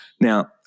Now